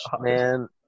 man